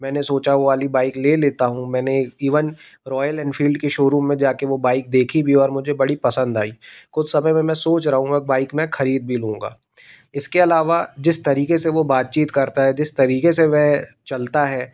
मैंने सोचा वो वाली बाइक ले लेता हूँ मैंने रॉयल एनफील्ड के शोरूम में जाकर वो बाइक देखी भी और मुझे बड़ी पसंद आई कुछ समय में सोच रहा हूँ बाइक मैं खरीद भी लूँगा इसके अलावा जिस तरीके से वो बातचीत करता है जिस तरीके से वह चलता है